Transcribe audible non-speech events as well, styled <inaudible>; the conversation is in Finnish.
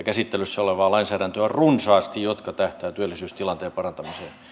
<unintelligible> käsittelyssä olevaa runsaasti lainsäädäntöä joka tähtää työllisyystilanteen parantamiseen